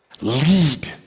lead